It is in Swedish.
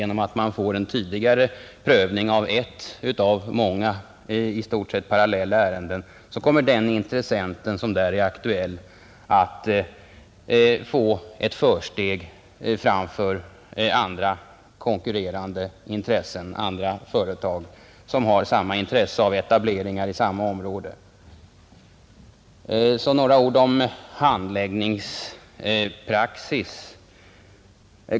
Genom att man får en tidigare prövning av ett av många i stort sett parallella ärenden kommer den intressent som där är aktuell att få ett försteg framför andra, konkurrerande företag som har samma intresse av etableringar i samma område. Så några ord om handläggningspraxis.